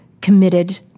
committed